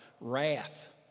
wrath